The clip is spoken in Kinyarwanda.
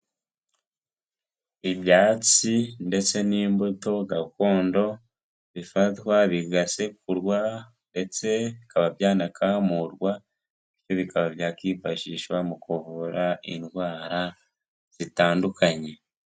Ibyatsi ndetse n'imbuto gakondo bifatwa bigasekurwa, ndetse bikaba byanakamurwa, bikaba byakwifashishwa mu kuvura indwara zitandukanye.